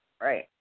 right